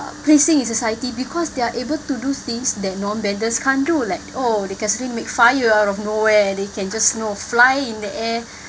placing in society because they're able to do things that non-benders can't do like oh they can still make fire out of nowhere and they can just you know fly in the air